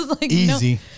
Easy